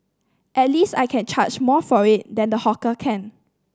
at least I can charge more for it than the hawker can